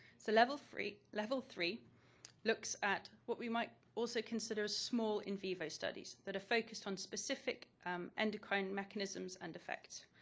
so level three level three looks at what we might also consider small in vivo studies that are focused on specific endocrine mechanisms and effects,